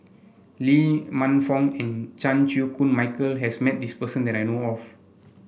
Lee Man Fong and Chan Chew Koon Michael has met this person that I know of